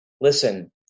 listen